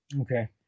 Okay